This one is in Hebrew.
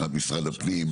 מבחינת משרד הפנים,